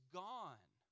gone